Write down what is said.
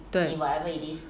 对